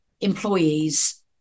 employees